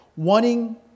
wanting